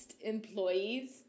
employees